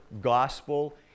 gospel